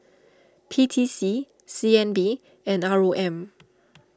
P T C C N B and R O M